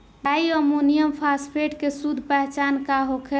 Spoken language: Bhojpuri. डाइ अमोनियम फास्फेट के शुद्ध पहचान का होखे?